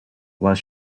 while